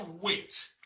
wait